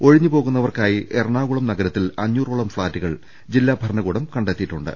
ഒഴിഞ്ഞുപോകുന്ന വർക്കായി എറണാകുളം നഗരത്തിൽ അഞ്ഞൂറോളം ഫ്ളാറ്റുകൾ ജില്ലാ ഭര ണകൂടം ്കണ്ടെത്തിയിട്ടുണ്ട്